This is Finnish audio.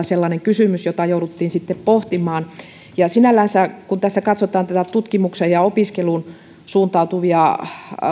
sellainen kysymys jota jouduttiin sitten pohtimaan sinällänsä kun tässä katsotaan näitä tutkimukseen ja opiskeluun suuntautuvia